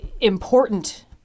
important